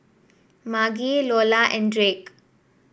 Margy Lola and Drake